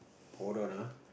hold on ah